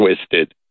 twisted